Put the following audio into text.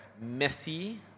messy